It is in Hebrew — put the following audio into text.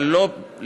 אבל לא לפני,